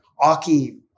Aki